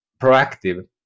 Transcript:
proactive